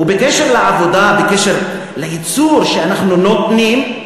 ובקשר לעבודה, בקשר לייצור שאנחנו נותנים,